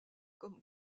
comme